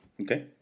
Okay